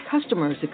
customers